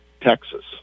Texas